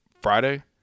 Friday